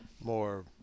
more